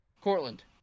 Cortland